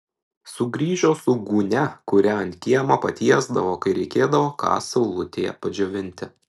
sugrįžo su gūnia kurią ant kiemo patiesdavo kai reikėdavo ką saulutėje padžiovinti